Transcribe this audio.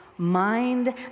Mind